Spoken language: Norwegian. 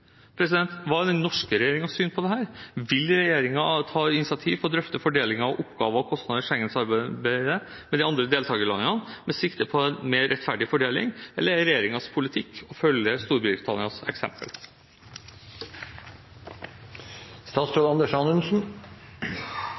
Hva er den norske regjeringens syn på dette? Vil regjeringen ta initiativ til å drøfte fordelingen av oppgaver og kostnader i Schengen-samarbeidet med de andre deltakerlandene med sikte på en mer rettferdig fordeling, eller er regjeringens politikk å følge Storbritannias eksempel?